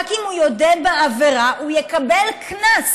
רק אם הוא יודה בעבירה הוא יקבל קנס.